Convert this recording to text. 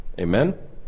Amen